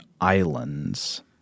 islands